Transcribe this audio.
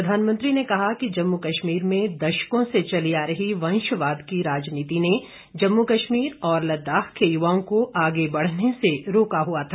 प्रधानमंत्री ने कहा कि जम्मू कश्मीर में दशकों से चली आ रही वंशवाद की राजनीति ने जम्मू कश्मीर और लद्दाख के युवाओं को आगे बढ़ने से रोका हुआ था